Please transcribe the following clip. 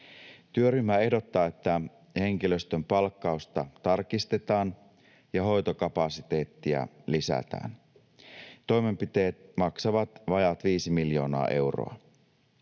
Työryhmä ehdottaa, että henkilöstön palkkausta tarkistetaan ja hoitokapasiteettia lisätään. Toimenpiteet maksavat vajaat viisi miljoonaa euroa.